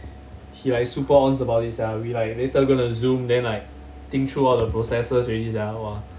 he like super onz about it sia we like later gonna zoom then like think through all the processes already sia !wah!